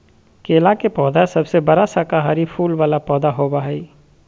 केला के पौधा सबसे बड़ा शाकाहारी फूल वाला पौधा होबा हइ